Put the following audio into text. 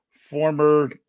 former